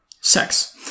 sex